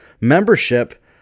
membership